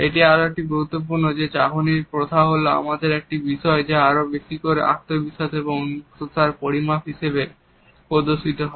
এটি আরও গুরুত্বপূর্ণ যে চাহনির প্রথা হল আমার একটি বিষয় যা আরো বেশি করে আত্মবিশ্বাস এবং উন্মুক্ততার পরিমাণ হিসেবে প্রদর্শিত হয়